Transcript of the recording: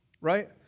right